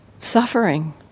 suffering